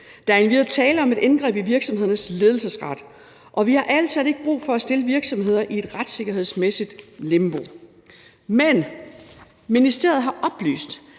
Der er endvidere tale om et indgreb i virksomhedernes ledelsesret, og vi har ærlig talt ikke brug for at stille virksomheder i et retssikkerhedsmæssigt limbo, men ministeriet har oplyst,